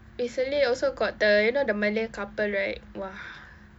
recently also got the you know the malay couple right !wah!